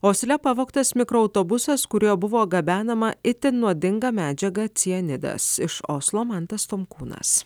osle pavogtas mikroautobusas kuriuo buvo gabenama itin nuodinga medžiaga cianidas iš oslo mantas tomkūnas